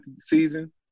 season